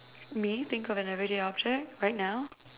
me think of an everyday object right now